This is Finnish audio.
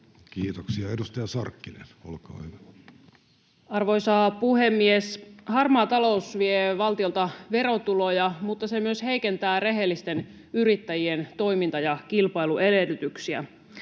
hallinnonala Time: 14:27 Content: Arvoisa puhemies! Harmaa talous vie valtiolta verotuloja, mutta se myös heikentää rehellisten yrittäjien toiminta- ja kilpailuedellytyksiä.